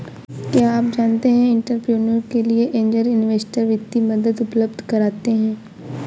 क्या आप जानते है एंटरप्रेन्योर के लिए ऐंजल इन्वेस्टर वित्तीय मदद उपलब्ध कराते हैं?